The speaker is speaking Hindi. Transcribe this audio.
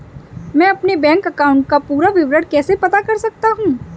मैं अपने बैंक अकाउंट का पूरा विवरण कैसे पता कर सकता हूँ?